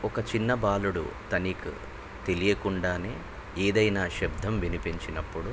ఒక చిన్న బాలుడు తనకి తెలియకుండానే ఏదైనా శబ్దం వినిపించినప్పుడు